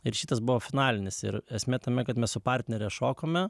ir šitas buvo finalinis ir esmė tame kad mes su partnere šokome